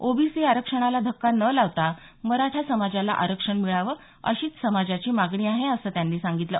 OBC आरक्षणाला धक्का न लावता मराठा समाजाला आरक्षण मिळावं अशीच समाजाची मागणी आहे असं त्यांनी सांगितलं